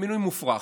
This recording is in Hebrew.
מינוי מופרך.